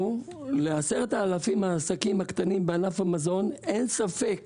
לנו, ל-10,000 העסקים הקטנים בענף המזון, אין ספק